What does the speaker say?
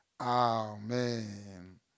Amen